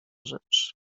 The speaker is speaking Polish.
rzeczy